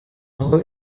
naho